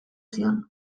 zion